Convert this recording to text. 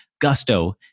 Gusto